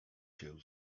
się